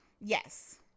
Yes